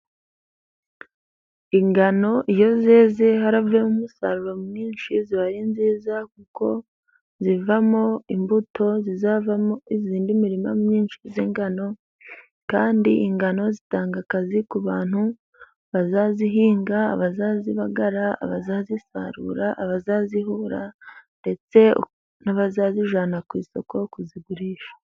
Ingano iyo zeze haravuyemo umusaruro mwinshi ziba ari nziza kuko zivamo imbuto zizavamo iyindi mirima myinshi y'ingano, kandi ingano zitanga akazi ku bantu bazazihinga, abazazibagara, abazazisarura, abazazihura ndetse n'abazazijyana ku isoko kuzigurisha.